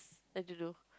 I don't know